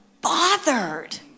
bothered